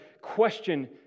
question